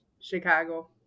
Chicago